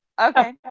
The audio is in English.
Okay